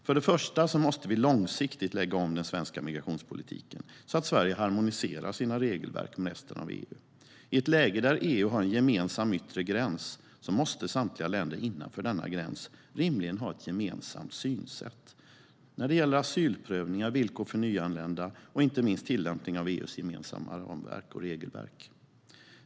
För det första måste vi långsiktigt lägga om den svenska migrationspolitiken så att Sverige harmoniserar sina regelverk med resten av EU. I ett läge där EU har en gemensam yttre gräns måste samtliga länder innanför denna gräns rimligen ha ett gemensamt synsätt när det gäller asylprövningar, villkor för nyanlända och inte minst tillämpning av EU:s gemensamma regelverk.